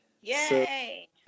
Yay